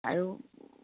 আৰু